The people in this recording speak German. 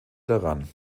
daran